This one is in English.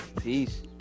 Peace